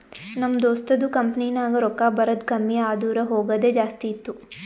ನಮ್ ದೋಸ್ತದು ಕಂಪನಿನಾಗ್ ರೊಕ್ಕಾ ಬರದ್ ಕಮ್ಮಿ ಆದೂರ್ ಹೋಗದೆ ಜಾಸ್ತಿ ಇತ್ತು